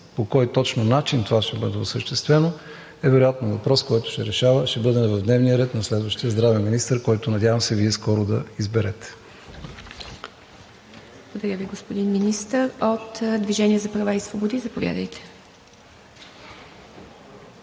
по кой точно начин това ще бъде осъществено е вероятно въпрос, който ще бъде в дневния ред на следващия здравен министър, който, надявам се, Вие скоро да изберете. ПРЕДСЕДАТЕЛ ИВА МИТЕВА: Благодаря Ви, господин Министър. От „Движение за права и свободи“ – заповядайте.